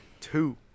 Two